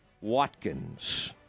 Watkins